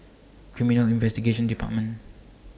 Criminal Investigation department